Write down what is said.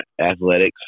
athletics